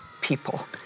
people